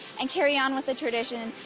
and carry on with the tradition.